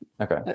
Okay